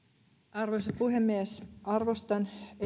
arvoisa puhemies arvostan